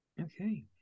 Okay